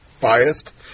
biased